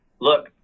look